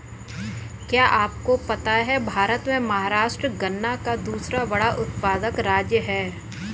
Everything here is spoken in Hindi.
क्या आपको पता है भारत में महाराष्ट्र गन्ना का दूसरा बड़ा उत्पादक राज्य है?